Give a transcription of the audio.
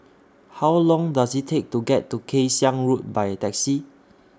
How Long Does IT Take to get to Kay Siang Road By Taxi